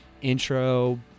intro